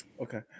Okay